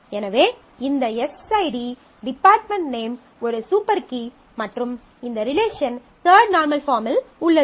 எனவே இந்த s ID department name ஒரு சூப்பர் கீ மற்றும் இந்த ரிலேஷன் தர்ட் நார்மல் பாஃர்ம்மில் உள்ளது